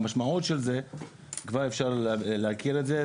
המשמעות של זה כבר אפשר להכיר את זה,